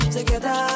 Together